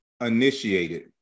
initiated